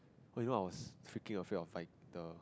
oh you know I was freaking afraid of like the